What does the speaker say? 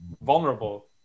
vulnerable